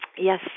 Yes